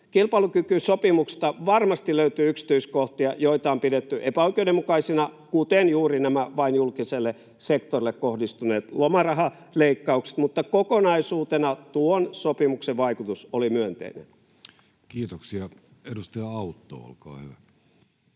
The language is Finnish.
Kilpailukykysopimuksesta varmasti löytyy yksityiskohtia, joita on pidetty epäoikeudenmukaisina, kuten juuri nämä vain julkiselle sektorille kohdistuneet lomarahaleikkaukset, mutta kokonaisuutena tuon sopimuksen vaikutus oli myönteinen. Kiitoksia. — Edustaja Autto, olkaa hyvä.